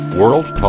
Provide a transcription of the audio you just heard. World